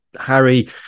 Harry